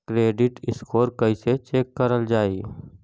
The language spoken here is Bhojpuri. क्रेडीट स्कोर कइसे चेक करल जायी?